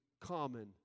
common